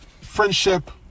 friendship